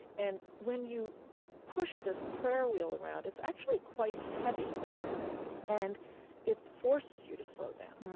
and when you push this prayer wheel around, it's actually quite heavy and it forces you to slow down.